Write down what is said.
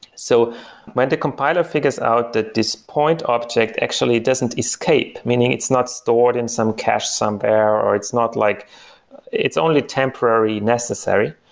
so when the compiler figures out that this point object actually doesn't escape, meaning it's not stores in some cache somewhere or it's not like it's only temporary necessary.